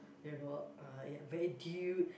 you know uh yeah where dude